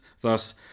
thus